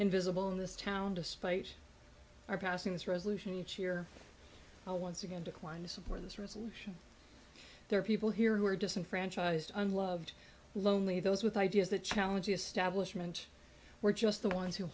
invisible in this town despite our passing this resolution each year once again declines for this resolution there are people here who are disenfranchised unloved lonely those with ideas that challenge establishment were just the ones who